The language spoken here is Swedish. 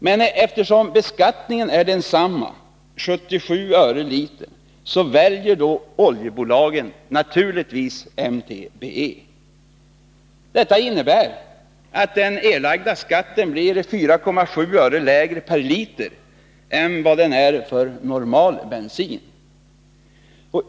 Men eftersom beskattningen är densamma — 77 öre/liter — väljer oljebolagen naturligtvis MTBE. Detta innebär att den erlagda skatten blir 4,7 öre lägre per liter än vad den är för normal bensin.